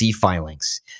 filings